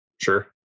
Sure